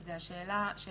שזו השאלה של